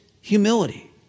humility